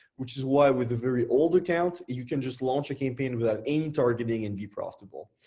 which is why with very old accounts, you can just launch a campaign without any targeting and be profitable.